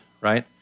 right